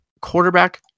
Quarterback